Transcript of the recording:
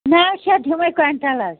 نَو شتھ دِمے کۄینٛٹَلس